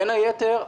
בין היתר,